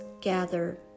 gather